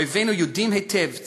אויבינו יודעים היטב,